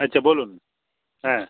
আচ্ছা বলুন হ্যাঁ